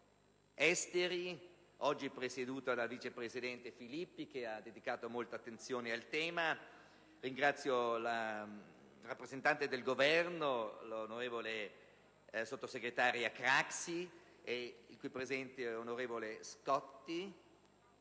oggi presieduta dal vice presidente Filippi, che ha dedicato molta attenzione al tema. Ringrazio anche la rappresentante del Governo, sottosegretario Craxi, ed il qui presente sottosegretario Scotti,